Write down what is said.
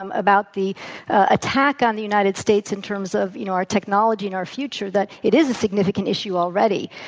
um about the attack on the united states, in terms of, you know, our technology and our future, that it is a significant issue already,